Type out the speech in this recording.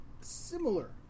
similar